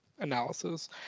analysis